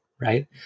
right